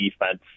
defense